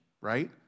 right